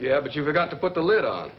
yeah but you've got to put the lid on